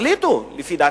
שיחליטו, לפי דעתי,